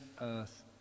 earth